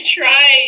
try